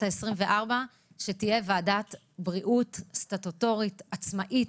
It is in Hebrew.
העשרים-וארבע שתהיה ועדת בריאות סטטוטורית עצמאית,